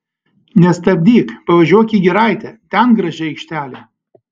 nestabdyk pavažiuok į giraitę ten graži aikštelė